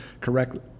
correctly